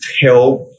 Help